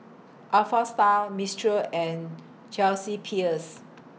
Alpha Style Mistral and Chelsea Peers